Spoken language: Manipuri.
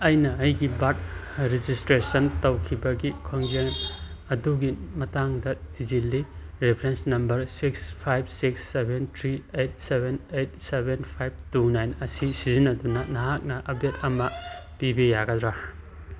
ꯑꯩꯅ ꯑꯩꯒꯤ ꯕꯥꯔꯠ ꯔꯦꯖꯤꯁꯇ꯭ꯔꯦꯁꯟ ꯇꯧꯈꯤꯕꯒꯤ ꯈꯣꯡꯖꯦꯜ ꯑꯗꯨꯒꯤ ꯃꯇꯥꯡꯗ ꯊꯤꯖꯤꯜꯂꯤ reference number six five six seven three eight seven eight five two nine ꯑꯁꯤ ꯁꯤꯖꯤꯟꯅꯗꯨꯅ ꯅꯍꯥꯛꯅ ꯑꯞꯗꯦꯠ ꯑꯃ ꯄꯤꯕ ꯌꯥꯒꯗ꯭ꯔꯥ